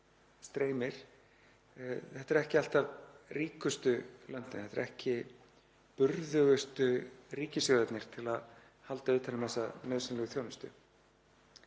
þeirra. Þetta eru ekki alltaf ríkustu löndin, þetta eru ekki burðugustu ríkissjóðirnir til að halda utan um þessa nauðsynlegu þjónustu.